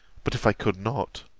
but if i could not,